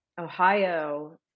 Ohio